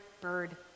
bird